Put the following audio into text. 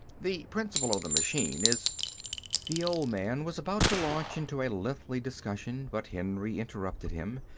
the principle of the machine is the old man was about to launch into a lengthy discussion, but henry interrupted him.